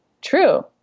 True